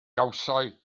gawsai